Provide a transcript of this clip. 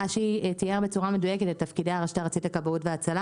אשי תיאר בצורה מדויקת את תפקידי הרשות הארצית לכבאות והצלה.